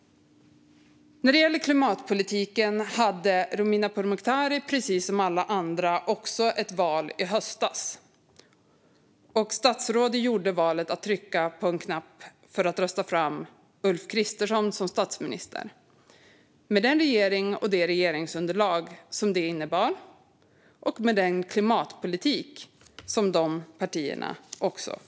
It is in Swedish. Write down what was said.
Precis som alla andra gjorde Romina Pourmokhtari också ett val i höstas och valde då att rösta fram Ulf Kristersson till statsminister - med den regering och det regeringsunderlag detta innebär och med den klimatpolitik som dessa partier företräder.